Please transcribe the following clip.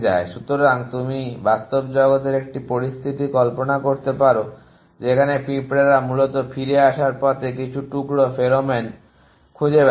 সুতরাং তুমি বাস্তব জগতের একটি পরিস্থিতি কল্পনা করতে পারো যেখানে পিঁপড়ারা মূলত ফিরে আসার পথে কিছু টুকরো ফেরোমোন খুঁজে বেড়াচ্ছে